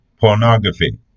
pornography